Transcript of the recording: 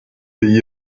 pays